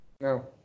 No